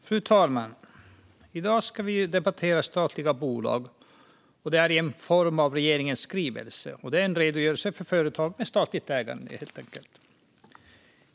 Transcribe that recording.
Fru talman! I dag ska vi debattera statliga bolag, detta i form av regeringens skrivelse. Det är helt enkelt en redogörelse för företag med statligt ägande.